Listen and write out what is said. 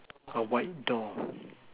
a white door